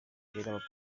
abapolisi